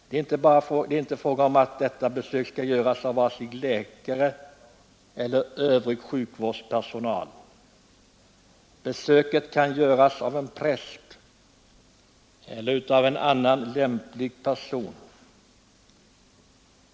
Det är inte fråga om att detta besök skall göras av vare sig läkare eller övrig sjukvårdspersonal. Besöket kan göras av en präst eller av en annan lämplig person.